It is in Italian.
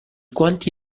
quanti